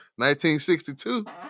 1962